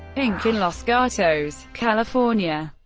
inc. in los gatos, california.